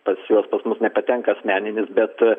pas juos pas mus nepatenka asmeninis bet